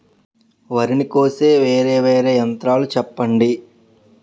వరి ని కోసే వేరా వేరా యంత్రాలు చెప్పండి?